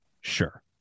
Sure